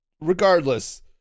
regardless